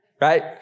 right